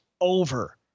over